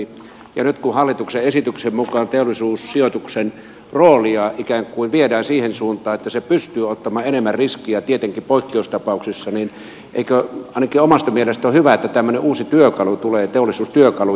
nyt kun hallituksen esityksen mukaan teollisuussijoituksen roolia ikään kuin viedään siihen suuntaan että se pystyy ottamaan enemmän riskiä tietenkin poikkeustapauksissa niin eikö ainakin omasta mielestäni on ole hyvä että tämmöinen uusi työkalu tulee teollisuustyökalu